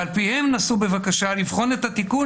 ועל פיהם נסו בבקשה לבחון את התיקון